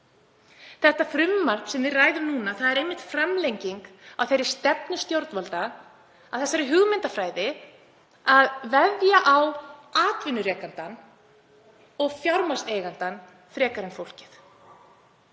Það frumvarp sem við ræðum núna er einmitt framlenging af þeirri stefnu stjórnvalda, af þeirri hugmyndafræði að veðja á atvinnurekandann og fjármagnseigandann frekar en fólkið.